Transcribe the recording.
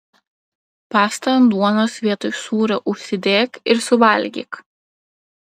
pastą ant duonos vietoj sūrio užsidėk ir suvalgyk